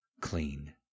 Clean